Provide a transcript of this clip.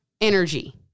energy